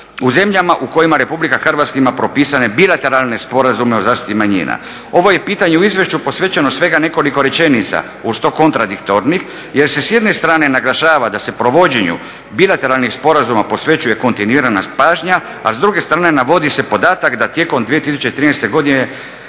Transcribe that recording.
u zemljama u kojima Republika Hrvatska ima propisane bilateralne sporazume o zaštiti manjina. Ovo je pitanje u izvješću posvećeno svega nekoliko rečenica uz to kontradiktornih, jer se s jedne strane naglašava da se provođenju bilateralnih sporazuma posvećuje kontinuirana pažnja, a s druge strane navodi se podatak da tijekom 2013. godine